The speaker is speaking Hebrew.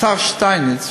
שהשר שטייניץ,